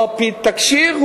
על-פי התקשי"ר,